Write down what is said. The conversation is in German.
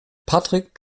patrick